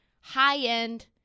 high-end